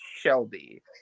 Shelby